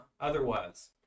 Otherwise